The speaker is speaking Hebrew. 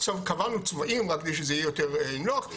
קבענו צבעים רק כדי שזה יהיה יותר נוח.